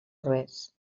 res